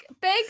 big